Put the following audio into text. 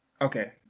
Okay